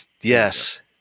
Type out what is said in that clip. Yes